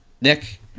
Nick